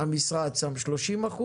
המשרד שם 30%,